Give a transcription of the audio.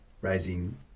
raising